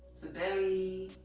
the belly,